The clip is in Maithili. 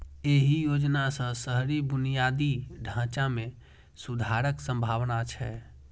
एहि योजना सं शहरी बुनियादी ढांचा मे सुधारक संभावना छै